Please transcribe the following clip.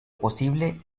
posible